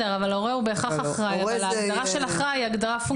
הורה הוא בהכרח אחראי אבל ההגדרה של אחראי היא הגדרה.